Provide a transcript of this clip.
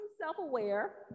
self-aware